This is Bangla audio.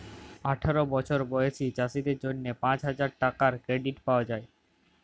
আঠার বসর বয়েসী চাষীদের জ্যনহে পাঁচ হাজার টাকার কেরডিট পাউয়া যায়